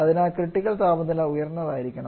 അതിനാൽ ക്രിട്ടിക്കൽ താപനില ഉയർന്നതായിരിക്കണം